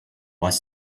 was